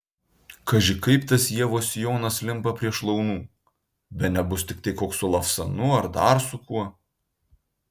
kaži kaip tas ievos sijonas limpa prie šlaunų bene bus tiktai koks su lavsanu ar dar su kuo